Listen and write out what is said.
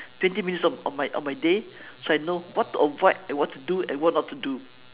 twenty minutes of my of my day so I know what to avoid and what to do and what not to do